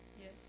Yes